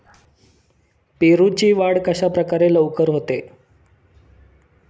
पेरूची वाढ कशाप्रकारे लवकर होते?